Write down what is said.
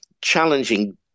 challenging